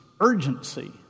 urgency